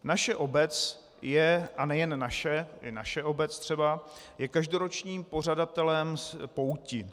Naše obec je a nejen naše, i naše obec třeba každoročním pořadatelem pouti.